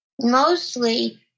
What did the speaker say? mostly